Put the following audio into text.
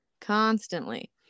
constantly